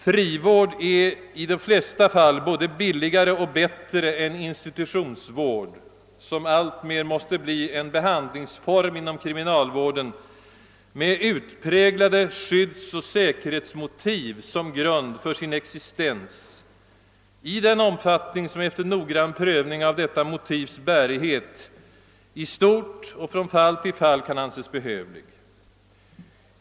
Frivård är i flertalet fall både billigare och bättre än institutionsvård, som alltmer måste bli en behandlingsform inom kriminalvården med utpräglade skyddsoch säkerhetsmotiv som grund för sin existens och finnas till och brukas i den omfattning, som efter noggrann prövning av dessa motivs bärighet i stort och från fall till fall kan anses behövlig.